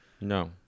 No